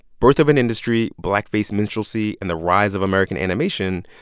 birth of an industry blackface minstrelsy and the rise of american animation,